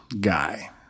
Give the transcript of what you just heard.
guy